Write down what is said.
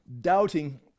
Doubting